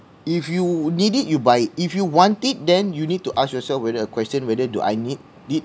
if you need it you buy it if you want it then you need to ask yourself with a question whether do I need it